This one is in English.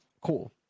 Cool